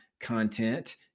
content